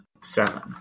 seven